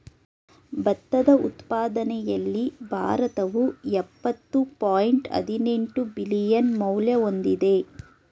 ಭತ್ತದ ಉತ್ಪಾದನೆಯಲ್ಲಿ ಭಾರತವು ಯಪ್ಪತ್ತು ಪಾಯಿಂಟ್ ಹದಿನೆಂಟು ಬಿಲಿಯನ್ ಮೌಲ್ಯ ಹೊಂದಿದೆ